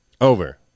over